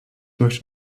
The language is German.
möchte